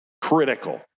Critical